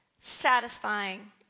satisfying